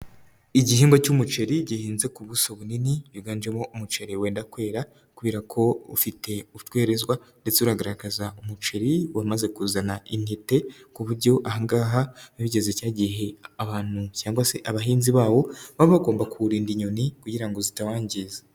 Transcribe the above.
Igihingwa cy'umuceri gihinze ku buso bunini. Higanjemo umuceri wenda kwera kubera ko ufite utwerezwa ndetse ugaragaza umuceri, wamaze kuzana intete. Ku buryo aha ngaha bigeze cyagiye abantu cyangwa se abahinzi bawo baba bagomba kuwurinda inyoni kugira ngo zitawangiza.